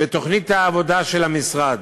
בתוכנית העבודה של המשרד.